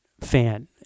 fan